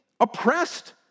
Oppressed